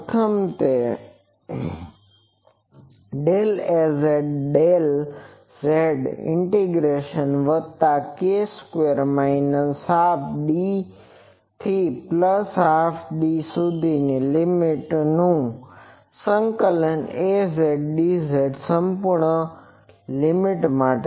પ્રથમ તે હશે AZ∂zK2ડેલ Az ડેલ z ઈન્ટીગ્રેસન વત્તા K square minus half d થી પ્લસ હાલ્ફ d સુધીની લીમીટ નું સંકલન Az dz સંપૂર્ણ લીમીટ માટે